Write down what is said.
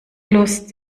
lust